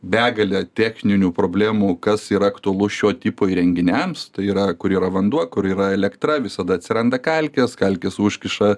begalę techninių problemų kas yra aktualu šio tipo įrenginiams tai yra kur yra vanduo kur yra elektra visada atsiranda kalkės kalkės užkiša